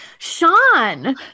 Sean